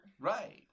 Right